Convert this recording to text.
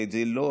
ואת זה לא,